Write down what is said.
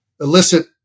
illicit